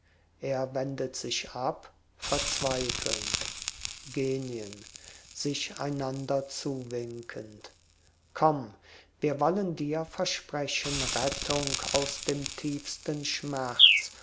er wendet sich ab verzweifelnd genien sich einander zuwinkend komm wir wollen dir versprechen rettung aus dem tiefsten schmerz